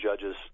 judges